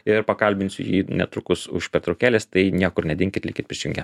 ir pakalbinsiu jį netrukus už pertraukėlės tai niekur nedinkit likit prisijungę